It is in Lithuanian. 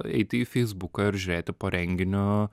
eiti į feisbuką ir žiūrėti po renginiu